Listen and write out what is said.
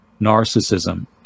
narcissism